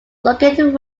located